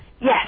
Yes